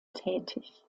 tätig